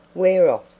we're off!